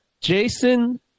Jason